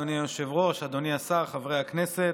אדוני היושב-ראש, אדוני השר, חברי הכנסת,